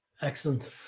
Excellent